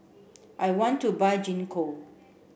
I want to buy Gingko